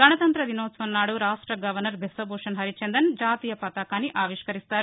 గణతంత్ర దినోత్సవం నాదు రాష్ట గవర్నర్ బిశ్వభూషణ్ హరిచందన్ జాతీయ పతాకాన్ని ఆవిష్కరిస్తారు